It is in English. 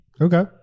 Okay